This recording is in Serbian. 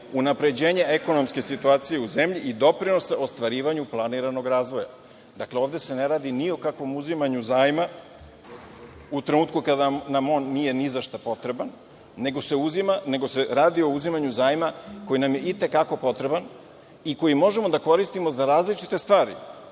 unapređenja ekonomske situacije u zemlji i doprinosa ostvarivanju planiranog razvoja. Dakle, ovde se ne radi ni o kakvom uzimanju zajma u trenutku kada nam on nije nizašta potreban, nego se radi o uzimanju zajma koji nam je i te kako potreban i koji možemo da koristimo za različite stvari,